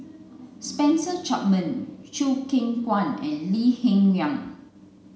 Spencer Chapman Chew Kheng Chuan and Lee Hsien Yang